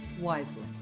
wisely